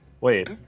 Wait